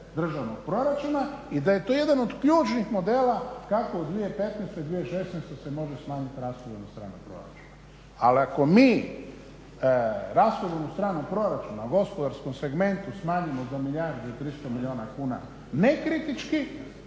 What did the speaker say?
državnog proračuna i da je to jedan od ključnih modela kako u 2015., 2016. se može smanjiti rashodovna strana proračuna. Ali ako mi rashodovnu stranu proračuna gospodarskom segmentu smanjimo za milijardu i 300 milijuna kuna nekritički,